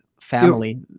family